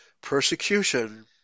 persecution